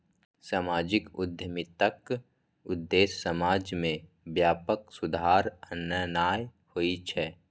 सामाजिक उद्यमिताक उद्देश्य समाज मे व्यापक सुधार आननाय होइ छै